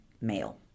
male